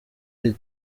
iri